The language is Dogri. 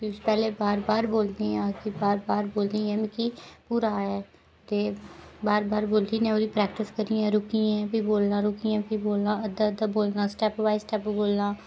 पैह्ले बार बार बोलदी आं बार बार बोलियै मिकी पूरा ते बार बार बोलियै ओह्दी प्रैक्टिस करियै रुकियै फेर बोलना रुकियै फेर बोलना अद्धा अद्धा बोलना स्टेप बाय स्टेप बोलना